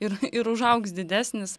ir ir užaugs didesnis